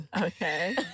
Okay